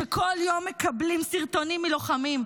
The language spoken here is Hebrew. שכל יום מקבלים סרטונים מלוחמים,